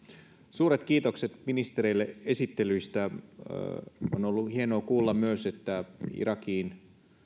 suuret kiitokset ministereille esittelyistä on ollut hienoa kuulla myös että irakiin